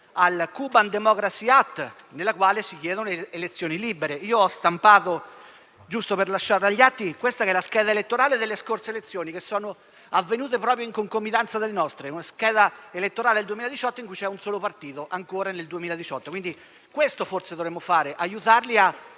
al *Cuban democracy act*, nel quale si chiedono elezioni libere. Giusto per lasciarla agli atti, ho stampato la scheda elettorale delle scorse elezioni, che sono avvenute proprio in concomitanza con le nostre: una scheda elettorale del 2018, in cui c'è un solo partito (ancora nel 2018). Questo forse dovremmo fare: aiutarli a